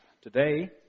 Today